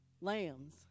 lambs